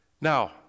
Now